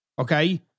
Okay